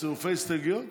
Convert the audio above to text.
לצירופי הסתייגויות?